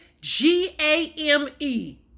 G-A-M-E